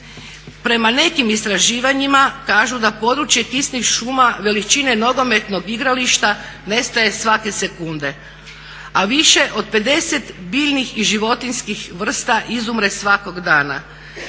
Prema nekim istraživanjima kažu da područje kišnih šuma veličine nogometnog igrališta nestaje svake sekunde a više od 50 biljnih i životinjskih vrsta izumre svakog dana.